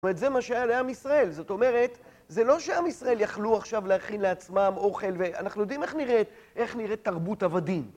זאת אומרת, זה מה שהיה לעם ישראל, זאת אומרת, זה לא שעם ישראל יכלו עכשיו להכין לעצמם אוכל, ואנחנו יודעים איך נראית, איך נראית תרבות עבדים.